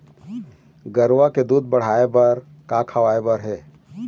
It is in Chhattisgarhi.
गरवा के दूध बढ़ाये बर का खवाए बर हे?